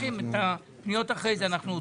את הפניות אחר כך אנחנו עוצרים.